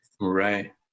Right